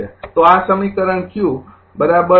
તો આ સમીકરણ q t 0 થી t